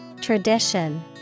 Tradition